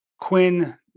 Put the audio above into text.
Quinn